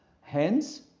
hence